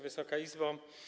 Wysoka Izbo!